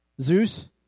Zeus